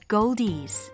Goldies